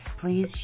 please